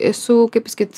esu kaip pasakyt